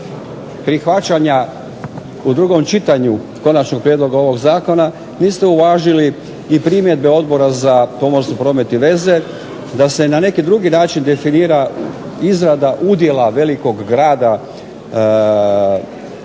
prihvaćanja u drugom čitanju konačnog prijedloga ovog zakona niste uvažili i primjedbe Odbora za pomorstvo, promet i veze da se na neki drugi način definira izrada udjela velikog grada